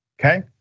okay